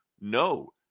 No